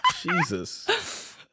Jesus